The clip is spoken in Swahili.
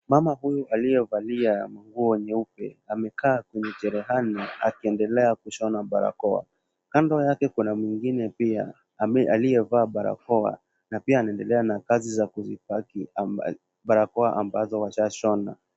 Mama huyu aliyevalia mguu wa nyeupe amekaa kwenye cherehani akiendelea kushona barakoa. Kando yake kuna mwingine pia aliyevaa barakoa na pia anaendelea na kazi za kuzipaki barakoa ambazo washashona.